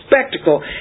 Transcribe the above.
spectacle